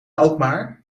alkmaar